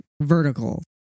vertical